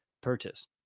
purchase